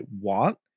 want